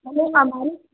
હું અમારું